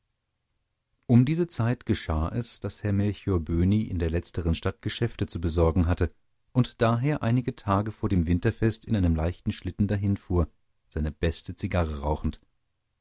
um diese zeit geschah es daß herr melchior böhni in der letzteren stadt geschäfte zu besorgen hatte und daher einige tage vor dem winterfest in einem leichten schlitten dahinfuhr seine beste zigarre rauchend